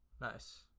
Nice